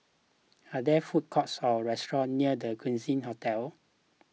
are there food courts or restaurants near the Quincy Hotel